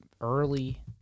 early